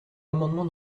amendement